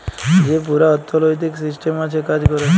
যে পুরা অথ্থলৈতিক সিসট্যাম আছে কাজ ক্যরার